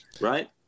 right